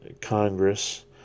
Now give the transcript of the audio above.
Congress